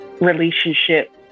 relationship